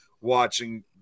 watching